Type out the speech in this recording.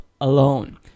alone